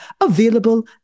available